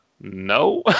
no